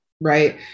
right